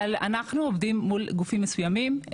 אבל אנחנו עובדים מול גופים מסוימים,